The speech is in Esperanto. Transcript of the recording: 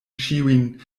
ĉiujn